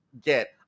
get